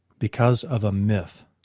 because of a myth.